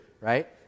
right